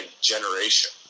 generation